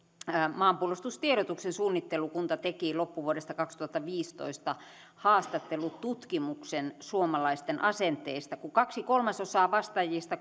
maanpuolustustiedotuksen suunnittelukunta teki loppuvuodesta kaksituhattaviisitoista haastattelututkimuksen suomalaisten asenteista ja kaksi kolmasosaa vastaajista